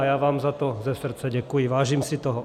A já vám za to ze srdce děkuji, vážím si toho.